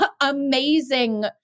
amazing